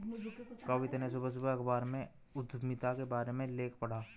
कविता ने सुबह सुबह अखबार में उधमिता के बारे में लेख पढ़ा